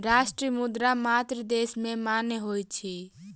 राष्ट्रीय मुद्रा मात्र देश में मान्य होइत अछि